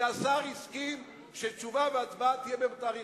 והשר הסכים שתשובה והצבעה יהיו במועד אחר,